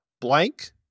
Blank